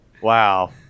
Wow